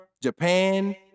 Japan